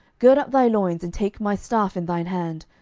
gird up thy loins, and take my staff in thine hand,